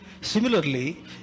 Similarly